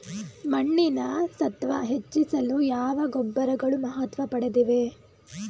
ಮಣ್ಣಿನ ಸತ್ವ ಹೆಚ್ಚಿಸಲು ಯಾವ ಗೊಬ್ಬರಗಳು ಮಹತ್ವ ಪಡೆದಿವೆ?